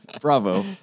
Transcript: Bravo